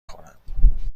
خورم